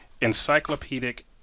Encyclopedic